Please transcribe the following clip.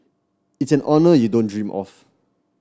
it's an honour you don't dream of